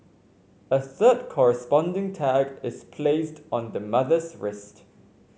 a third corresponding tag is placed on the mother's wrist